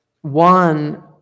one